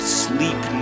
sleep